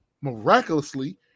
miraculously